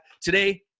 Today